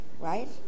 right